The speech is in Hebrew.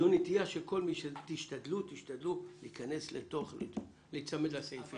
תשתדלו להיצמד לסעיפים.